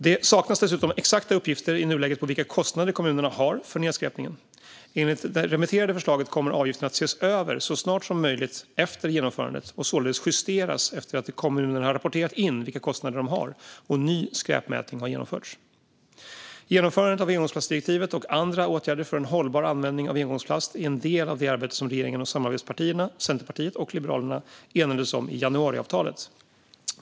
Det saknas dessutom i nuläget exakta uppgifter på vilka kostnader kommuner har för nedskräpningen. Enligt det remitterade förslaget kommer avgiften att ses över så snart som möjligt efter genomförandet och således justeras efter att kommunerna har rapporterat in vilka kostnader de har och en ny skräpmätning har genomförts. Genomförandet av engångsplastdirektivet och andra åtgärder för en hållbar användning av engångsplast är en del av det arbete som regeringen och samarbetspartierna Centerpartiet och Liberalerna enades om i januariavtalet.